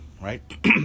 right